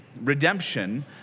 Redemption